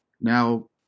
Now